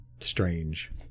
strange